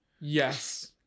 Yes